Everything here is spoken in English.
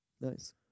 Nice